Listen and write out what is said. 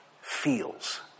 feels